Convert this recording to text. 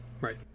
Right